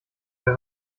wer